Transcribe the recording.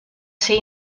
ser